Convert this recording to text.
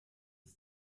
ist